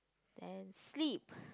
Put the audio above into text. and sleep